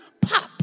Pop